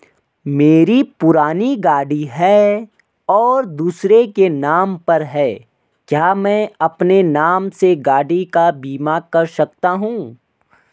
मेरी पुरानी गाड़ी है और दूसरे के नाम पर है क्या मैं अपने नाम से गाड़ी का बीमा कर सकता हूँ?